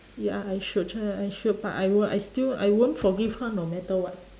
ya I should try I should but I wo~ I still I won't forgive her no matter what